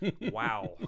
Wow